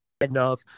enough